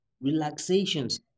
relaxations